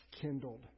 kindled